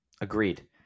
agreed